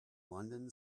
london